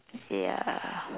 ya